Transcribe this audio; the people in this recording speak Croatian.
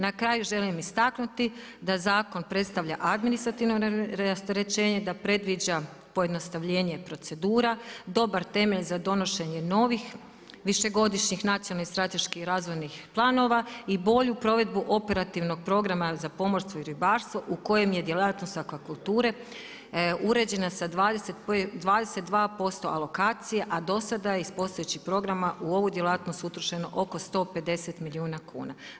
Na kraju želim istaknuti, da zakon predstavlja administrativno rasterećenje, da predviđa pojednostavljenje procedura, dobar temelj za donošenje novih višegodišnjih nacionalnih i strateških razvojnih planova i bolju provedbu operativnog programa za pomorstvo i ribarstvo u kojem je djelatnost akvakulture uređena sa 22% alokacije, a do sada je iz postojećih programa u ovu djelatnost utrošeno oko 150 milijuna kuna.